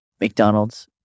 McDonald's